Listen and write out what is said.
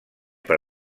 per